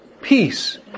Peace